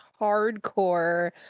hardcore